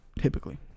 Typically